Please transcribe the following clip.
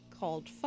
called